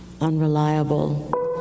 unreliable